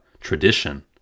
tradition